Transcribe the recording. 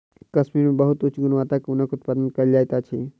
कश्मीर मे बहुत उच्च गुणवत्ता के ऊनक उत्पादन कयल जाइत अछि